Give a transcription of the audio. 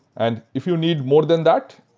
and if you need more than that,